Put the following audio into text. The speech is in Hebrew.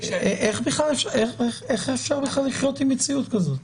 -- איך אפשר בכלל לחיות עם מציאות כזאת?